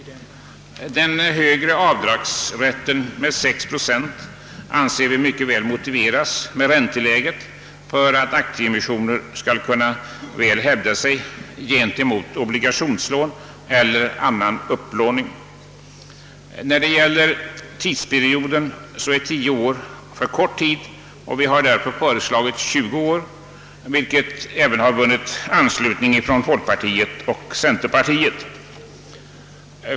Den högre avdragsrätten med 6 procent anser vi mycket väl kan motiveras med ränteläget för att aktieemissioner skall kunna hävda sig gentemot obligationslån eller annan upplåning. Beträffande tidsperioden anser vi att 10 år är för kort tid och vi har därför föreslagit 20 år, vilket även föreslagits av folkpartiet och centerpartiet.